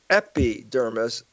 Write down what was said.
epidermis